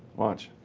watch.